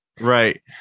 right